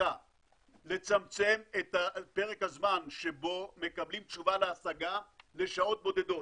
דרישה לצמצם את פרק הזמן שבו מקבלים תשובה להשגה לשעות בודדות.